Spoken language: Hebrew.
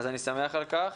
אני שמח על כך.